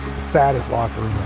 saddest locker